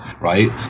Right